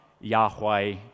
Yahweh